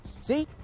See